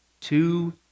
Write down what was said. Two